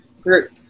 group